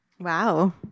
Wow